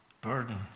burden